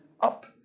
Up